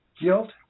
guilt